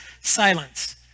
silence